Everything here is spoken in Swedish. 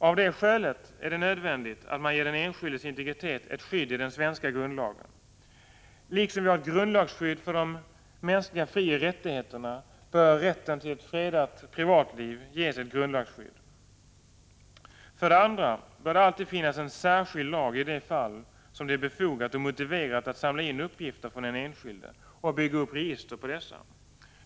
Av det skälet är det nödvändigt att man ger den enskildes integritet ett skydd i den svenska grundlagen. Liksom vi har ett grundlagsskydd för de mänskliga frioch rättigheterna bör rätten till ett fredat privatliv ges ett grundlagsskydd. För det andra bör det alltid finnas en särskild lag i de fall det är befogat och motiverat att samla in uppgifter från den enskilde och bygga upp register på dessa.